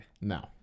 no